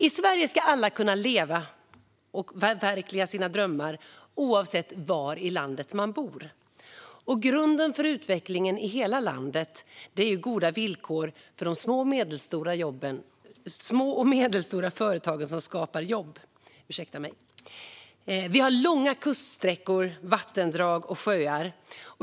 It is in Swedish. I Sverige ska alla kunna leva och förverkliga sina drömmar, oavsett var i landet man bor. Grunden för utvecklingen i hela landet är goda villkor för de små och medelstora företagen som skapar jobb. Vi har långa kuststräckor, vattendrag och sjöar.